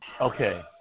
Okay